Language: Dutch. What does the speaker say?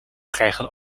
krijgen